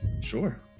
sure